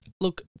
Look